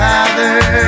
Father